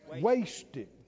Wasted